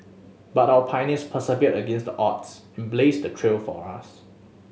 but our pioneers persevered against the odds and blazed the trail for us